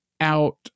out